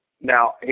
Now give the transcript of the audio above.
Now